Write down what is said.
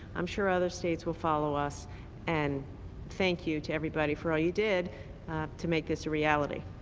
i'm sure other states will follow us and thank you to everybody for all you did to make this a reality.